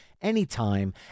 anytime